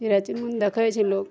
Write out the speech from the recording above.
चिड़ै चुनमुन देखै छै लोक